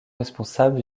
responsable